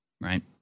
right